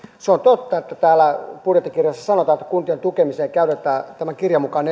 se on totta mitä täällä budjettikirjassa sanotaan kuntien tukemiseen käytetään tämän kirjan mukaan